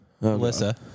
Melissa